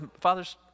father's